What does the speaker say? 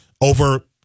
over